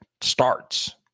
starts